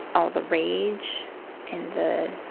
all the rage and the